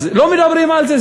אז לא מדברים על זה,